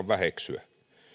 väheksyä